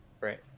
Right